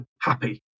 happy